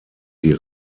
die